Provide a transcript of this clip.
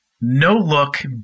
no-look